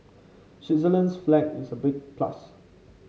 Switzerland's flag is a big plus